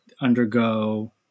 undergo